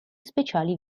speciali